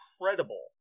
incredible